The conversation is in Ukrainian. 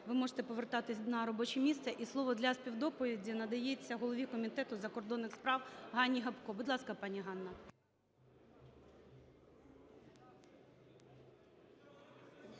ви можете повертатись на робоче місце. І слово для співдоповіді надається голові Комітету у закордонних справах Ганні Гопко. Будь ласка, пані Ганна.